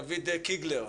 דוד קיגלר,